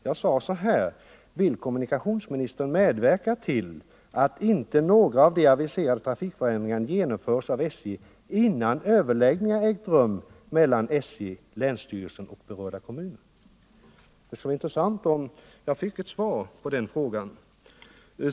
Jag sade så här: Vill kommunikationsministern medverka till att inte några av de aviserade trafikförändringarna genomförs av SJ innan överläggningar ägt rum mellan SJ, länsstyrelsen och berörda kommuner? Det skulle vara intressant om jag fick ett svar på den frågan.